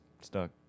stuck